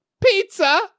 pizza